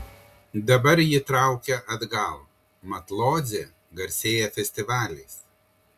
dabar jį traukia atgal mat lodzė garsėja festivaliais